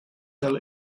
fell